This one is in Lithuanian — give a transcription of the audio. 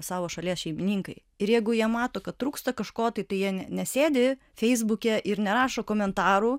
savo šalies šeimininkai ir jeigu jie mato kad trūksta kažko tai jie ne nesėdi feisbuke ir nerašo komentarų